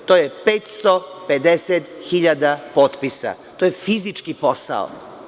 To je 550.000 potpisa, to je fizički posao.